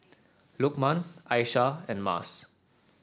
Lukman Aishah and Mas